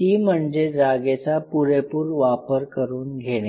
ती म्हणजे जागेचा पुरेपूर वापर करून घेणे